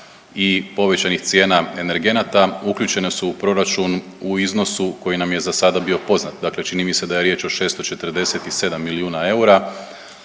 i povećanih cijena energenata uključena su u proračun u iznosu koji nam je zasada bio poznat. Dakle čini mi se da je riječ o 647 milijuna eura,